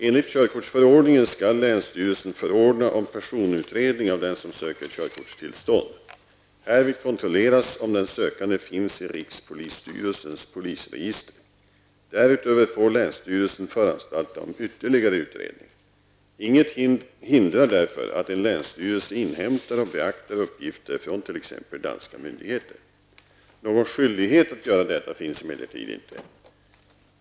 Enligt körkortsförordningen skall länsstyrelsen förordna om personutredning av den som söker körkortstillstånd. Härvid kontrolleras om den sökande finns i rikspolisstyrelsens polisregister. Därutöver får länsstyrelsen föranstalta om ytterligare utredning. Inget hindrar därför att en länsstyrelse inhämtar och beaktar uppgifter från t.ex. danska myndigheter. Någon skyldighet att göra detta finns emellertid inte.